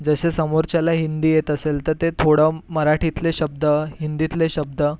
जसे समोरच्याला हिंदी येत असेल तर ते थोडं मराठीतले शब्द हिंदीतले शब्द